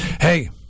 Hey